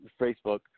Facebook